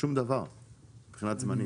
שום דבר מבחינת זמנים.